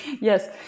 Yes